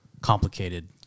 complicated